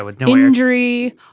Injury